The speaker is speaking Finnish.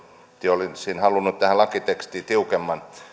olisin halunnut tähän lakitekstiin tiukemman